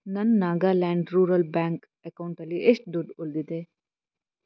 ನನ್ನ Nagaland rural bank ಎಕೌಂಟಲ್ಲಿ ಎಷ್ಟು ದುಡ್ಡು ಉಳಿದಿದೆ